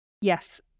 Yes